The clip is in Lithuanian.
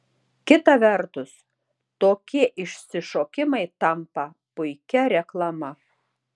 kita vertus tokie išsišokimai tampa puikia reklama